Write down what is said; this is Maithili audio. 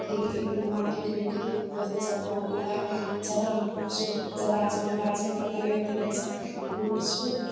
गेलियै एकदिन मार्केट गेल रहियै दोस्तीके साथ बहुत मजा ज्यादा घुपचुप ज्यादा रहै छै मगर गार्जियनपर तनी अथी रहै छै घुपचुप